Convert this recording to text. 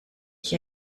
ich